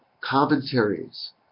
commentaries